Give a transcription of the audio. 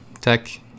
tech